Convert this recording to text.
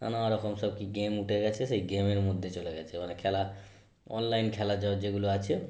নানা রকম সব কি গেম উঠে গিয়েছে সেই গেমের মধ্যে চলে গিয়েছে মানে খেলা অনলাইন খেলা যেগুলো আছে